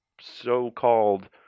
so-called